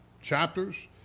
chapters